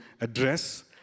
address